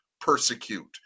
persecute